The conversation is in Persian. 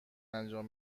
انجام